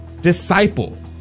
disciple